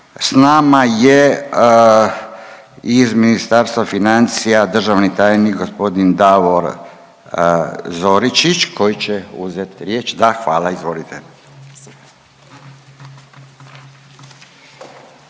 S nama je iz Ministarstva financija, državni tajnik, g. Davor Zoričić koji će uzet riječ? Da, hvala. Izvolite.